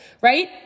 right